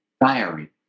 diary